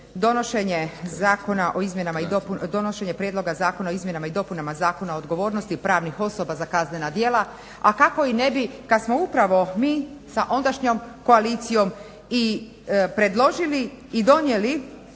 donošenje prijedloga Zakona o izmjenama i dopunama Zakona o odgovornosti pravnih osoba za kaznena djela, a kako i ne bi kad smo upravo mi sa ondašnjom koalicijom i predložili i donijeli,